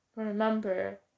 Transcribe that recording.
Remember